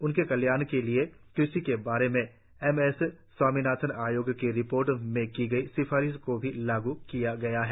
उनके कल्याण के लिए कृषि के बारे में एम एस स्वामीनाथन आयोग की रिपोर्ट में की गई सिफारिशों को लागू किया गया है